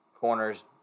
corners